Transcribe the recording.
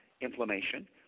inflammation